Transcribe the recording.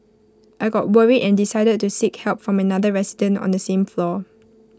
I got worried and decided to seek help from another resident on the same floor